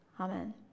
Amen